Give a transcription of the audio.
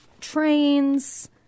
trains